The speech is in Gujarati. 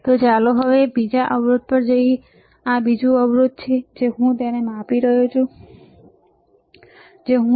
તો ચાલો હવે બીજા અવરોધ પર જઈએ તો આ બીજું અવરોધ છે જે હું તેને આપી રહ્યો છું